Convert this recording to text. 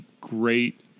great